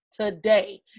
today